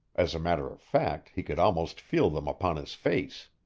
as a matter of fact, he could almost feel them upon his face.